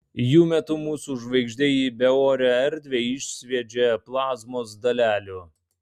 jų metu mūsų žvaigždė į beorę erdvę išsviedžia plazmos dalelių